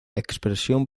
expresión